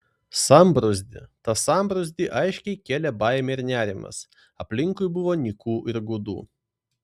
sambrūzdį tą sambrūzdį aiškiai kėlė baimė ir nerimas aplinkui buvo nyku ir gūdu